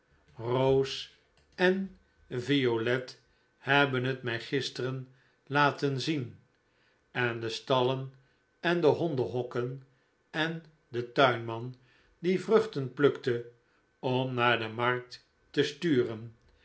rose en violet hebben het mij gisteren laten zien en de stallen en de hondenhokken en den tuinman die vruchten plukte om naar de markt te sturen